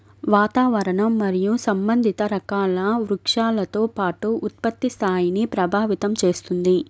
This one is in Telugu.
వాతావరణం మరియు సంబంధిత రకాల వృక్షాలతో పాటు ఉత్పత్తి స్థాయిని ప్రభావితం చేస్తుంది